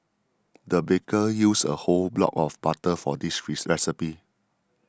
the baker used a whole block of butter for this recipe